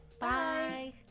Bye